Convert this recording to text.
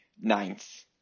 ninth